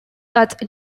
but